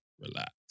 relax